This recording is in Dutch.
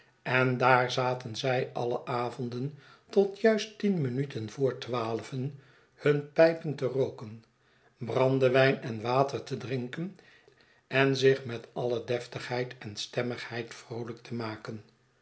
en daar zaten zij alle avonden tot juist tien minuten vr twaalven hunne pijpen te rooken brandewijn en water te drinken en zich met alle deftigheid en stemmigheid vroolijk te maken